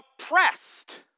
oppressed